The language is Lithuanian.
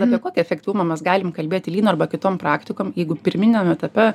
na apie kokį efektyvumą mes galim kalbėti lyno arba kitom praktikom jeigu pirminiam etape